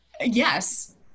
yes